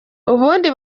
ubundi